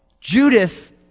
Judas